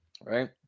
right